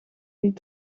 die